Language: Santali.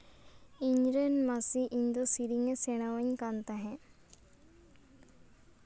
ᱤᱧ ᱨᱮᱱ ᱢᱟᱹᱥᱤ ᱤᱧ ᱫᱚ ᱥᱮᱨᱮᱧᱮᱭ ᱥᱮᱬᱟᱣᱟᱹᱧ ᱠᱟᱱ ᱛᱟᱦᱮᱫ